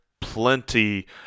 Plenty